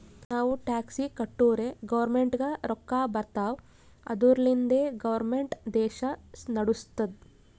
ನಾವು ಟ್ಯಾಕ್ಸ್ ಕಟ್ಟುರೇ ಗೌರ್ಮೆಂಟ್ಗ ರೊಕ್ಕಾ ಬರ್ತಾವ್ ಅದುರ್ಲಿಂದೆ ಗೌರ್ಮೆಂಟ್ ದೇಶಾ ನಡುಸ್ತುದ್